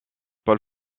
pôle